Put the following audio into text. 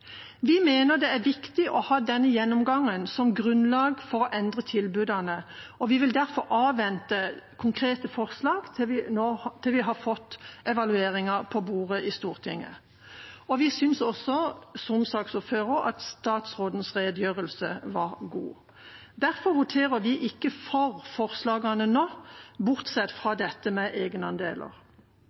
Vi mener det er viktig å ha denne gjennomgangen som grunnlag for å endre tilbudene, og vi vil derfor avvente konkrete forslag til vi har fått evalueringen på bordet i Stortinget. Vi synes også, som saksordføreren, at statsrådens redegjørelse var god. Derfor voterer vi ikke for forslagene nå, bortsett fra det med